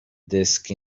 disk